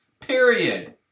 Period